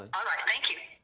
and alright, thank you.